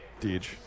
Deej